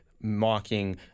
mocking